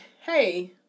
hey